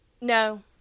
No